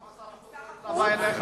למה שר החוץ לא התלווה אליך?